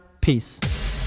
peace